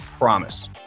promise